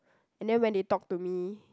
and then when they talk to me